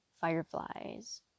fireflies